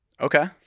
Okay